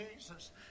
Jesus